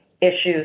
issues